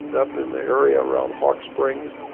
up in the area around hawk springs,